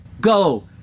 go